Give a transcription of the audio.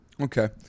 Okay